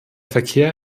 verkehr